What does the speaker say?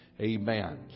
Amen